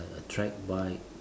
a a trek bike